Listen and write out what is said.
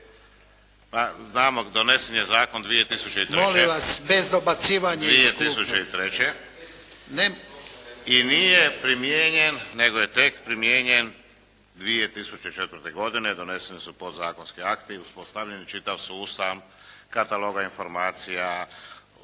**Palarić, Antun** 2003. i nije primijenjen, nego je tek primijenjen 2004. godine, doneseni su podzakonski akti, uspostavljen je čitav sustav kataloga informacija,